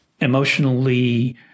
emotionally